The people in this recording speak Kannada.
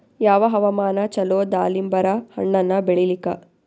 ಯಾವ ಹವಾಮಾನ ಚಲೋ ದಾಲಿಂಬರ ಹಣ್ಣನ್ನ ಬೆಳಿಲಿಕ?